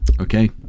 Okay